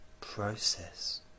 process